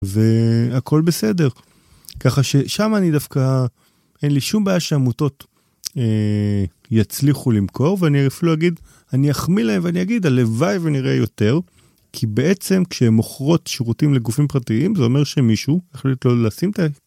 והכל בסדר, ככה ששם אני דווקא, אין לי שום בעיה שעמותות יצליחו למכור ואני הרי אפילו אגיד, אני אחמיא להם ואני אגיד הלוואי ונראה יותר כי בעצם כשהן מוכרות שירותים לגופים פרטיים זה אומר שמישהו החליט לו לשים את ה...